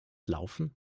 laufen